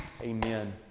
Amen